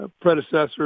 predecessor